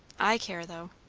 i care, though.